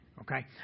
Okay